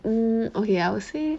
um okay I would say